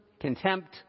contempt